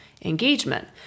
engagement